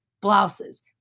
blouses